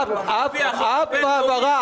אף העברה.